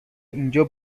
اینجا